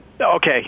Okay